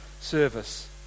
service